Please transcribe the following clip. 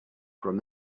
from